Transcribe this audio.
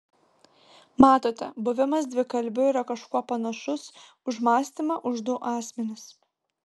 matote buvimas dvikalbiu yra kažkuo panašus už mąstymą už du asmenis